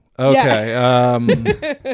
Okay